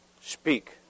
Speak